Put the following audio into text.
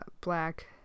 black